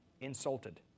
insulted